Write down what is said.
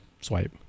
swipe